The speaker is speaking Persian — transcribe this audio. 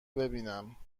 ببینم